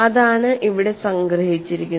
അതാണ് ഇവിടെ സംഗ്രഹിച്ചിരിക്കുന്നത്